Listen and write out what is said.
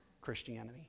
Christianity